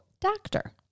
doctor